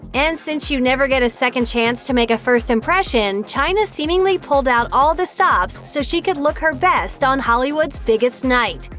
and since you never get a second chance to make a first impression, chyna seemingly pulled out all the stops so she could look her best on hollywood's biggest night.